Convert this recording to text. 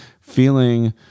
feeling